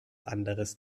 anderes